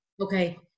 okay